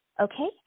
Okay